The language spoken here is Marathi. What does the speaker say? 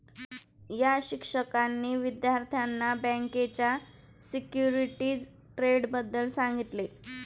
या शिक्षकांनी विद्यार्थ्यांना बँकेच्या सिक्युरिटीज ट्रेडबद्दल सांगितले